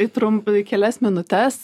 į trump kelias minutes